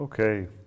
Okay